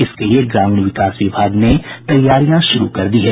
इसके लिए ग्रामीण विकास विभाग ने तैयारियां शुरू कर दी है